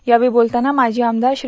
यावेळी बोलतांना माजी आमदार श्री